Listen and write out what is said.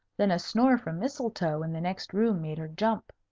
then a snore from mistletoe in the next room made her jump.